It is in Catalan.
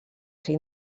ser